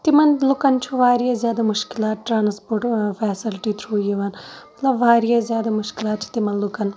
تِمَن لُکَن چھِ واریاہ زیادٕ مُشکِلات ٹرانِسپوٹ فیسَلٹی تھروٗ یِوان مَطلِب واریاہ زیادٕ مُشکِلات چھِ تِمَن لُکَن